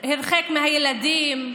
הרחק מהילדים,